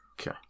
Okay